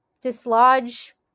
dislodge